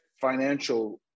financial